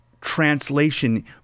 translation